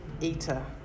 eater